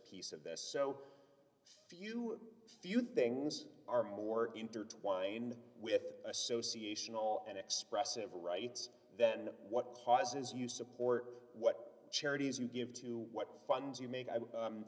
piece of this so few few things are more intertwined with association all and expressive rights then what causes you support what charities you give to what funds you make